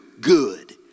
good